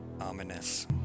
Ominous